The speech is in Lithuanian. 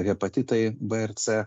hepatitai b ir c